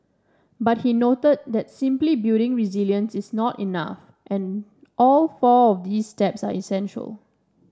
but he noted that simply building resilience is not enough and all four of these steps are essential